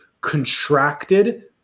contracted